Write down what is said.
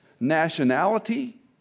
Nationality